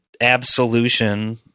absolution